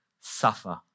suffer